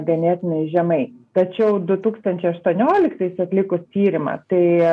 ganėtinai žemai tačiau du tūkstančiai aštuonioliktais atlikus tyrimą tai